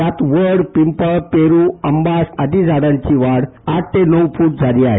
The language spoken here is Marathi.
यात वड पिंपळ पेरू आंबा आदी झाडांची वाढ आठ ते नऊ फुट झाली आहे